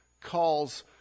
Calls